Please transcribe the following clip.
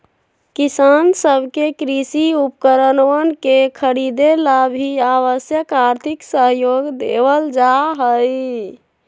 किसान सब के कृषि उपकरणवन के खरीदे ला भी आवश्यक आर्थिक सहयोग देवल जाहई